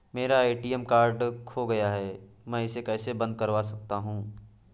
मेरा ATM card खो गया है मैं इसे कैसे बंद करवा सकता हूँ?